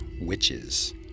witches